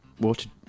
water